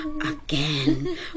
again